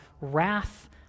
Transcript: wrath